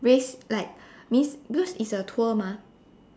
race like needs because it's a tour mah